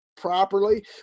properly